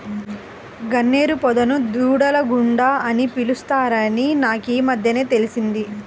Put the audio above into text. గన్నేరు పొదను దూలగుండా అని కూడా పిలుత్తారని నాకీమద్దెనే తెలిసింది